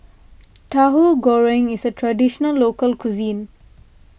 Tahu Goreng is a Traditional Local Cuisine